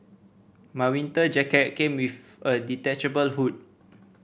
my winter jacket came with a detachable hood